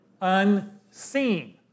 unseen